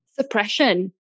Suppression